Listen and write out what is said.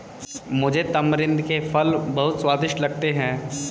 मुझे तमरिंद के फल बहुत स्वादिष्ट लगते हैं